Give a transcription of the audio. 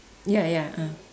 ya ya ah